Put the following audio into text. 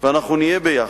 ואנחנו נהיה ביחד.